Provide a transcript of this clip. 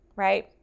right